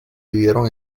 vivieron